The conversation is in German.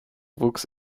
wuchs